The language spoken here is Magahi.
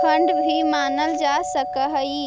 फंड भी मानल जा सकऽ हई